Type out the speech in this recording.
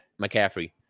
McCaffrey